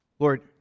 Lord